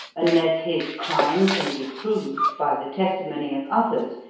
unless his crime can be proved by the testimony of others,